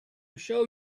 show